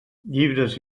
llibres